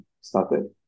started